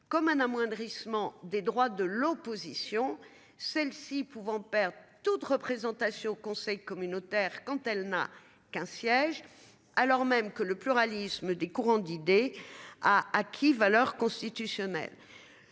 Comme un amoindrissement des droits de l'opposition, celle-ci pouvant perdre toute représentation au conseil communautaire quand elle n'a qu'un siège alors même que le pluralisme des courants d'idées a acquis valeur constitutionnelle.